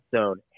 zone